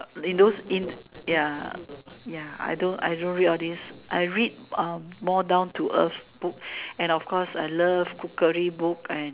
in those in ya ya I don't I don't read all these I read uh more down to earth book and of course I love cookery book and